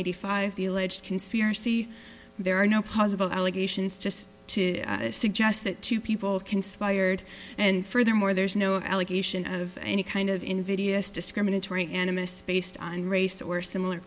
hundred five the alleged conspiracy there are no possible allegations just to suggest that two people conspired and furthermore there is no allegation of any kind of invidious discriminatory animus based on race or similar